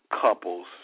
couples